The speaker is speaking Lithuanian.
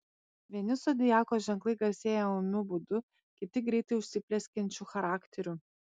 vieni zodiako ženklai garsėja ūmiu būdu kiti greitai užsiplieskiančiu charakteriu